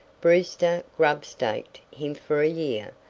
brewster grub-staked him for a year,